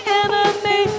enemy